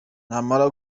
namara